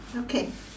okay